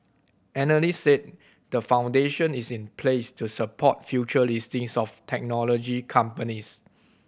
analysts said the foundation is in place to support future listings of technology companies